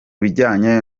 bijyanye